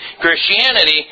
Christianity